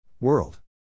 world